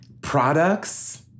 products